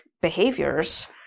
behaviors